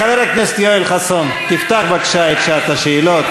חבר הכנסת יואל חסון, תפתח בבקשה את שעת השאלות.